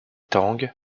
tang